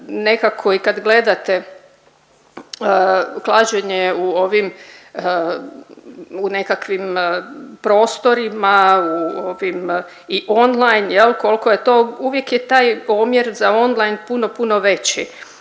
nekako i kad gledate klađenje u ovim u nekakvim prostorima i online kolko je to, uvijek je taj omjer za online puno, puno veći